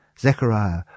zechariah